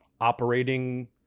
operating